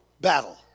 battle